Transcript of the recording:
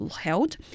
held